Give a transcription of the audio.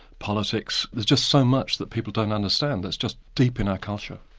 politics there's just so much that people don't understand that's just deep in our culture.